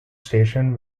station